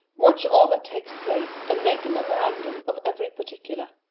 watch all that takes place, and make a memorandum of every particular.